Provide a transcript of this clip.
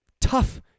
Tough